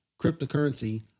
cryptocurrency